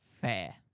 Fair